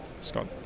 Scott